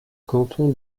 canton